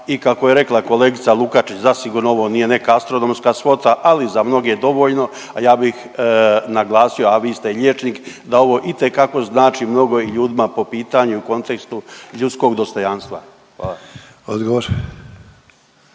i kako je rekla kolegica Lukačić, zasigurno ovo nije neka astronomska svota, ali za mnoge dovoljno, a ja bih naglasio, a vi ste i liječnik, da ovo itekako znači mnogo i ljudima po pitanju u kontekstu ljudskog dostojanstva. Hvala.